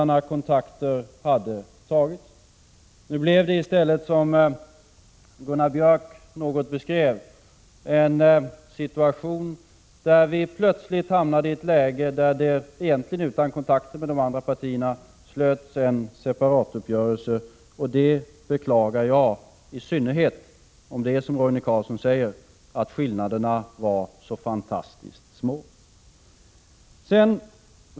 Nu hamnade vi i stället i den situationen, som Gunnar Björk i Gävle något beskrev, att det egentligen utan kontakter med de andra partierna slöts en separatuppgörelse. Det beklagar jag, i synnerhet om det är som Roine Carlsson säger, att skillnaderna var så fantastiskt små.